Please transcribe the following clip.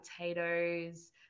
potatoes